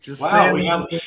Wow